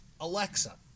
Alexa